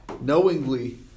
knowingly